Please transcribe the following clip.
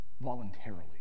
voluntarily